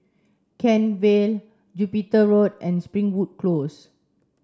Kent Vale Jupiter Road and Springwood Close